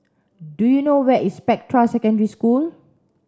do you know where is Spectra Secondary School